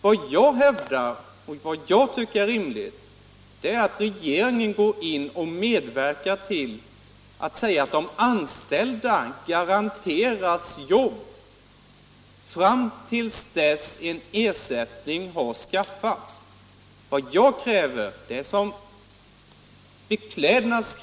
Vad jag hävdar och tycker är rimligt är att regeringen medverkar till att de anställda garanteras jobb fram till dess att en ersättningsverksamhet har ordnats.